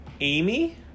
Amy